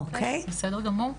אוקיי, בסדר גמור.